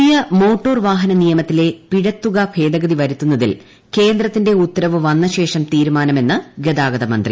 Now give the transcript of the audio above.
പുതിയ മോട്ടോർ വാഹന നിയമത്തിലെ പിഴത്തുക ന് ഭേദഗതി വരുത്തുന്നതിൽ കേന്ദ്രത്തിന്റെ ഉത്തരവ് വന്നശേഷം തീരുമാനമെന്ന് ഗതാഗതമന്ത്രി